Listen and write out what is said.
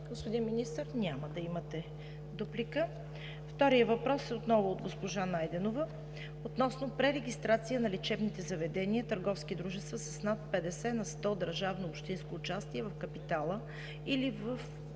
Господин Министър – няма да имате дуплика. Вторият въпрос е отново от госпожа Найденова относно пререгистрация на лечебните заведения, търговски дружества с над 50 на сто държавно и общинско участие в капитала или в